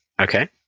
Okay